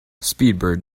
speedbird